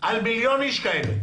על מיליון איש כאלה